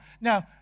Now